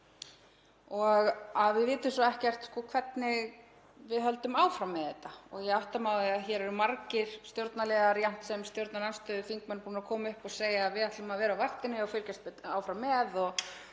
og við vitum svo ekkert hvernig við höldum áfram með þetta. Ég átta mig á því að hér eru margir stjórnarliðar jafnt sem stjórnarandstöðuþingmenn búnir að koma upp og segja að við ætlum að vera á vaktinni og fylgjast áfram með og